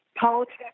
politics